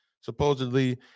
supposedly